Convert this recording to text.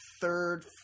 third